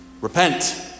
Repent